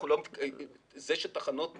זה שתחנות מתוכננות,